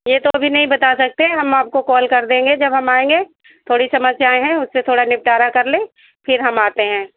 यह तो अभी नहीं बता सकते हम आपको कॉल कर देंगे जब हम आएंगे थोड़ी समस्याएं हैं उससे थोड़ा निपटारा कर लें फिर हम आते हैं